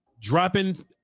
dropping